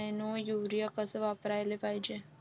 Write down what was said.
Nano urea कस वापराले पायजे?